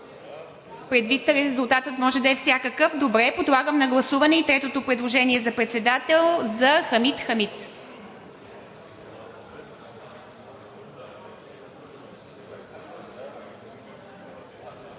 Хамид? Резултатът може да е всякакъв. Добре. Подлагам на гласуване и третото предложение за председател – на Хамид Хамид.